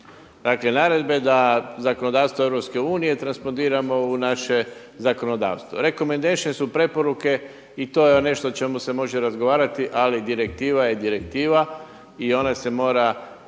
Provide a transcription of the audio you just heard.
Dakle naredbe da zakonodavstvo EU transponiramo u naše zakonodavstvo. … su preporuke i to je nešto o čemu se može razgovarati, ali direktiva je direktiva i ona se mora